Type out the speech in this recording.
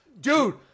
Dude